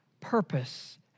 purpose